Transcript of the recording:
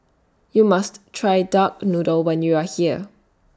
YOU must Try Duck Noodle when YOU Are here